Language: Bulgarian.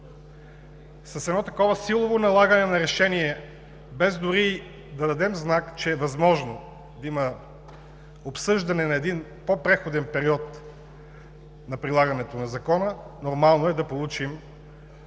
с едно такова силово налагане на решение без дори да дадем знак, че е възможно да има обсъждане на един по-преходен период на прилагането на Закона, нормално е да получим